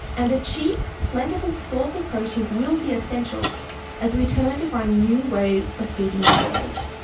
and a cheap plentiful source of protein will be essential as we turn to find new ways of feeding the world.